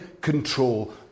control